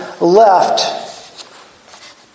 left